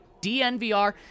DNVR